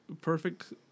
perfect